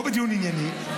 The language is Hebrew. לא בדיון ענייני,